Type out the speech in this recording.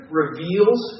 reveals